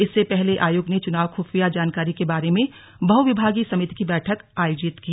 इससे पहले आयोग ने चुनाव खुफिया जानकारी के बारे में बहुविभागीय समिति की बैठक आयोजित की